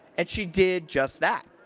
and she did just that.